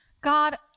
God